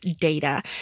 data